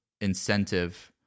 incentive